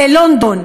בריטניה,